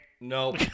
No